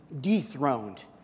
dethroned